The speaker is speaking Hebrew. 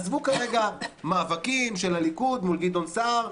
עזבו כרגע מאבקים של הליכוד מול גדעון סער,